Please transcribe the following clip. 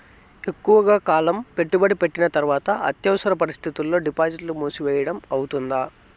ఎక్కువగా కాలం పెట్టుబడి పెట్టిన తర్వాత అత్యవసర పరిస్థితుల్లో డిపాజిట్లు మూసివేయడం అవుతుందా?